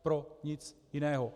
Pro nic jiného.